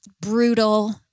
brutal